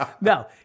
No